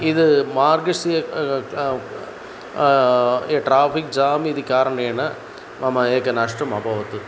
इति मार्गशीर् ए ट्राफ़िक् जाम् इति कारणेन मम एकं नष्टम् अभवत्